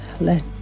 let